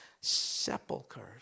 sepulchers